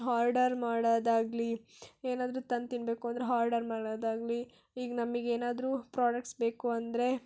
order ಮಾಡೋದಾಗ್ಲಿ ಏನಾದ್ರೂ ತಂದು ತಿನ್ನಬೇಕು ಅಂದರೆ ಹಾರ್ಡರ್ ಮಾಡೋದಾಗ್ಲಿ ಈಗ ನಮಗೇನಾದ್ರೂ ಪ್ರಾಡಕ್ಟ್ಸ್ ಬೇಕು ಅಂದರೆ